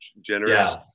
generous